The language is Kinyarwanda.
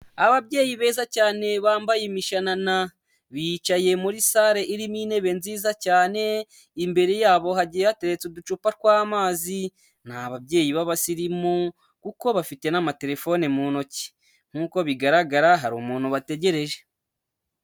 Ababyeyi beza cyane bambaye imishanana, bicaye muri sale irimo intebe nziza cyane, imbere yabo hagiye hateretse uducupa tw'amazi, ni babyeyi b'abasirimu kuko bafite n'amatelefone mu ntoki nk'uko bigaragara hari umuntu bategereje.